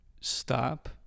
stop